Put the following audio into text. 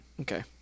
Okay